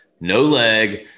no-leg